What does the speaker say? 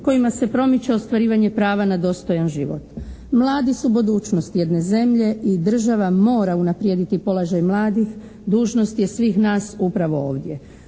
kojima se promiče ostvarivanje prava na dostojan život. Mladi su budućnost jedne zemlje i država mora unaprijediti položaj mladih. Dužnost je svih nas upravo ovdje.